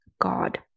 God